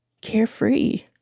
carefree